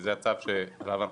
שמחוץ לצבא.